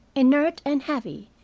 inert and heavy,